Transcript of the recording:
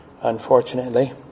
unfortunately